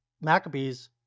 Maccabees